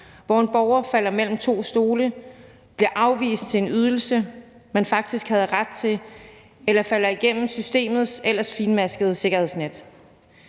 hvor en borger falder mellem to stole, får afvist sin ansøgning om en ydelse, man faktisk havde ret til, eller falder igennem systemets ellers fintmaskede sikkerhedsnet.